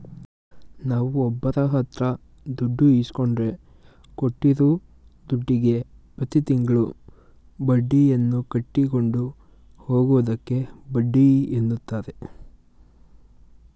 ನಾವುಒಬ್ಬರಹತ್ರದುಡ್ಡು ಇಸ್ಕೊಂಡ್ರೆ ಕೊಟ್ಟಿರೂದುಡ್ಡುಗೆ ಪ್ರತಿತಿಂಗಳು ಬಡ್ಡಿಯನ್ನುಕಟ್ಟಿಕೊಂಡು ಹೋಗುವುದಕ್ಕೆ ಬಡ್ಡಿಎನ್ನುತಾರೆ